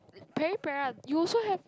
Peripera you also have